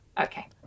Okay